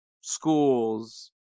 schools